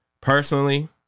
Personally